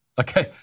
Okay